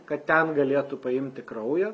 kad ten galėtų paimti kraujo